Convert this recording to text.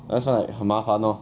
I just find it 很麻烦 lor